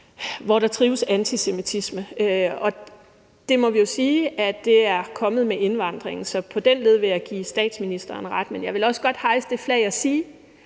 hvor antisemitismen trives, og det må vi sige er kommet med indvandringen, så på den led vil jeg give statsministeren ret. Men jeg vil også godt hejse det flag at sige,